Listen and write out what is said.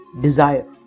desire